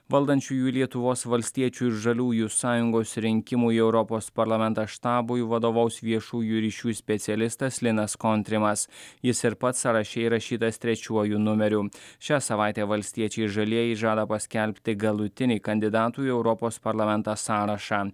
valdančiųjų lietuvos valstiečių ir žaliųjų sąjungos rinkimų į europos parlamentą štabui vadovaus viešųjų ryšių specialistas linas kontrimas jis ir pats sąraše įrašytas trečiuoju numeriu šią savaitę valstiečiai žalieji žada paskelbti galutinį kandidatų į europos parlamentą sąrašą